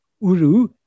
Uru